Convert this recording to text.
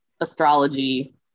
astrology